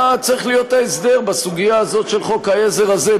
מה צריך להיות ההסדר בסוגיה הזאת של חוק העזר הזה,